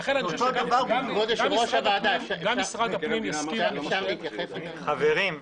גם משרד הפנים הסכים --- חברים,